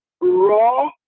raw